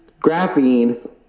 graphene